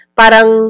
parang